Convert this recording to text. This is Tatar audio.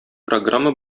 программа